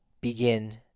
begin